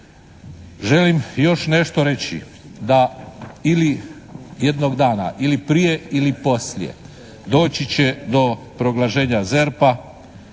Želim još nešto reći da ili jednog dana ili prije ili poslije doći će do proglašenja ZERP-a